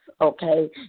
okay